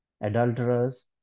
adulterers